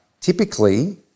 typically